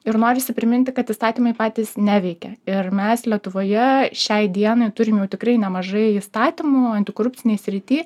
ir norisi priminti kad įstatymai patys neveikia ir mes lietuvoje šiai dienai turim jau tikrai nemažai įstatymų antikorupcinėj srity